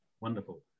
wonderful